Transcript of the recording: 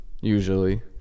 Usually